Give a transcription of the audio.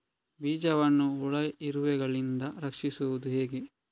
ಬೀಜವನ್ನು ಹುಳ, ಇರುವೆಗಳಿಂದ ರಕ್ಷಿಸುವುದು ಹೇಗೆ?